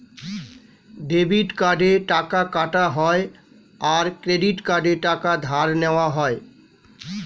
debit কার্ডে টাকা কাটা হয় আর ক্রেডিট কার্ডে টাকা ধার নেওয়া হয়